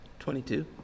22